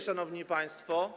Szanowni Państwo!